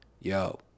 yo